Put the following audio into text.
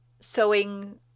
sewing